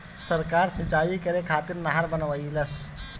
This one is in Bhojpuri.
सरकार सिंचाई करे खातिर नहर बनवईलस